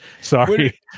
Sorry